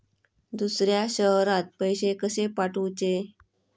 दुसऱ्या शहरात पैसे कसे पाठवूचे?